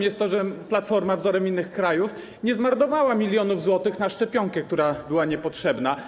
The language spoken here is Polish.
jest to, że Platforma, wzorem innych krajów, nie zmarnowała milionów złotych na szczepionkę, która była niepotrzebna.